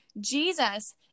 Jesus